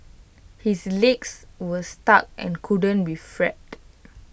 his legs was stuck and couldn't be freed